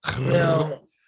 No